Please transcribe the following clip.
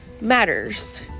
matters